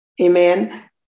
amen